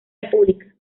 república